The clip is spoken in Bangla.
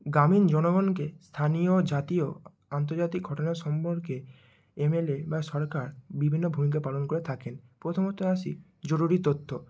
গ্রামীণ জনগণকে স্থানীয় ও জাতীয় আন্তর্জাতিক ঘটনা সম্পর্কে এমএলএ বা সরকার বিভিন্ন ভূমিকা পালন করে থাকেন প্রথমত আসি জরুরী তথ্য